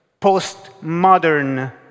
postmodern